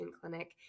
clinic